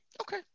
Okay